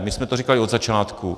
My jsme to říkali od začátku.